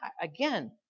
again